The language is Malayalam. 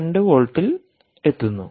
2 വോൾട്ടിലെത്തുന്നു